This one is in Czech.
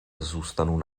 zůstanu